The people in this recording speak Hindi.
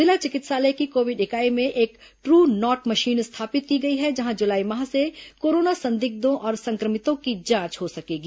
जिला चिकित्सालय की कोविड इकाई में एक ट्रू नॉट मशीन स्थापित की गई है जहां जुलाई माह से कोरोना संदिग्धों और संक्रमितों की जांच हो सकेगी